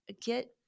get